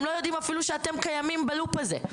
הם אפילו לא יודעים שאתם קיימים בלופ הזה.